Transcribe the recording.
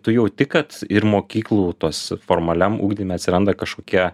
tu jauti kad ir mokyklų tos formaliam ugdyme atsiranda kažkokia